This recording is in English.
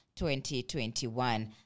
2021